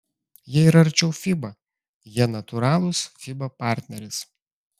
jie yra arčiau fiba jie natūralus fiba partneris